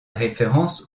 référence